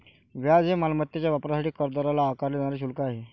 व्याज हे मालमत्तेच्या वापरासाठी कर्जदाराला आकारले जाणारे शुल्क आहे